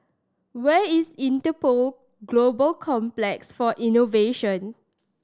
where is Interpol Global Complex for Innovation